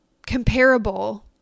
comparable